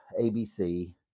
ABC